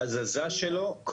שההזזה שלו,